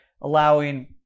allowing